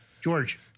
George